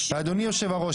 אדוני היושב-ראש,